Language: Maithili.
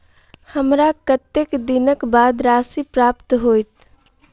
हमरा कत्तेक दिनक बाद राशि प्राप्त होइत?